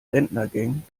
rentnergang